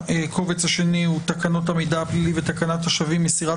התשפ"ב 2022; תקנות המידע הפלילי ותקנת השבים (מסירת